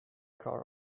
car